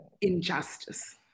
injustice